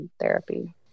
therapy